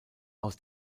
aus